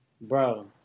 bro